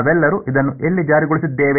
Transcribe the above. ನಾವೆಲ್ಲರೂ ಇದನ್ನು ಎಲ್ಲಿ ಜಾರಿಗೊಳಿಸುತ್ತಿದ್ದೇವೆ